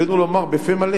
עלינו לומר בפה מלא